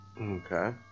Okay